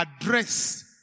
address